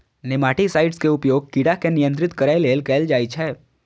nematicides के उपयोग कीड़ा के नियंत्रित करै लेल कैल जाइ छै